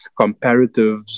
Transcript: comparatives